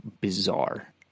bizarre